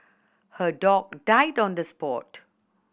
her dog died on the spot